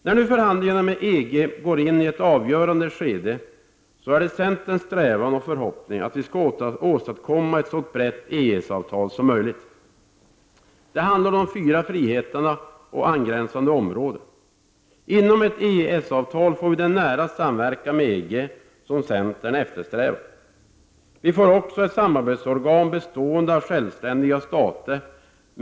När förhandlingarna med EG nu går in i ett avgörande skede är centerns strävan att åstadkomma ett så brett EES-avtal som möjligt. Det handlar om de fyra friheterna och angränsande områden. Inom ett EES-avtal får vi den nära samverkan med EG som centern eftersträvar. Vi får också ett samarbetsorgan bestående av självständiga stater.